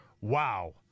Wow